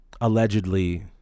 allegedly